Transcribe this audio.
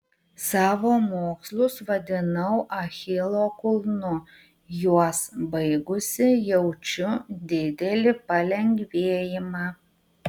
savo mokslus vadinau achilo kulnu juos baigusi jaučiu didelį palengvėjimą